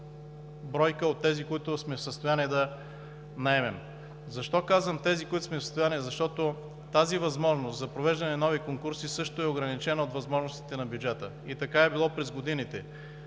бройка от тези, които сме в състояние да наемем. Защо казвам: „тези, които сме в състояние да наемем“? Защото тази възможност за провеждане на нови конкурси също е ограничена от възможностите на бюджета. И така е било през годините.